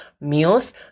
meals